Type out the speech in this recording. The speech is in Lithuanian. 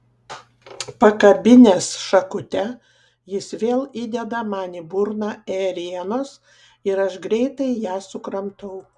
pakabinęs šakute jis vėl įdeda man į burną ėrienos ir aš greitai ją sukramtau